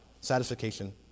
satisfaction